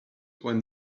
when